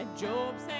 jobs